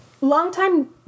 longtime